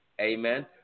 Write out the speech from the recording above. Amen